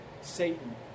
satan